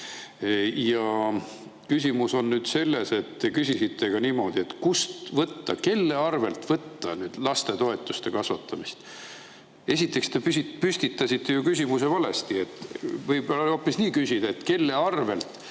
Ja küsimus on nüüd selles, te küsisite niimoodi, et kust võtta, kelle arvelt võtta [raha] lastetoetuste kasvatamiseks. Esiteks te püstitasite ju küsimuse valesti. Võib hoopis nii küsida, et kelle arvelt